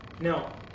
Now